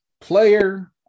player